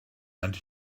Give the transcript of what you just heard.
and